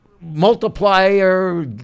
multiplier